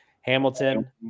Hamilton